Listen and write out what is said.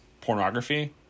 pornography